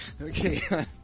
okay